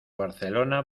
barcelona